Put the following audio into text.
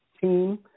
team